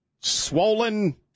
swollen